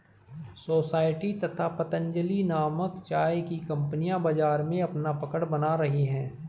society तथा पतंजलि नामक चाय की कंपनियां बाजार में अपना पकड़ बना रही है